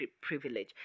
privilege